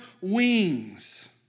wings